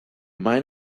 might